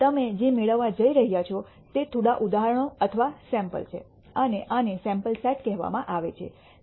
તમે જે મેળવવા જઇ રહ્યા છો તે થોડાં ઉદાહરણો અથવા સૈમ્પલ છે અને આને સૈમ્પલ સેટ કહેવામાં આવે છે